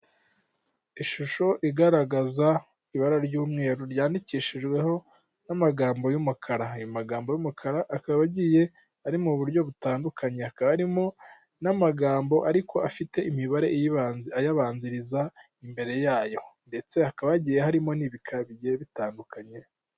Ishusho igaragaza ibara ry'umweru ryandikishijweho n'amagambo y'umukara. Ayo magambo y'umukara akaba agiye ari mu buryo butandukanye, akaba harimo n'amagambo ariko afite imibare iyabanziriza imbere yayo ndetse hakabagiye harimo n'ibikaba bigiye bitandukanye.